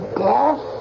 death